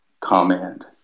comment